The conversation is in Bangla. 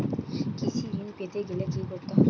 কৃষি ঋণ পেতে গেলে কি করতে হবে?